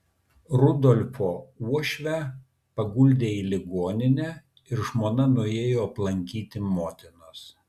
rudolfo uošvę paguldė į ligoninę ir žmona nuėjo aplankyti motinos